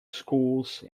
schools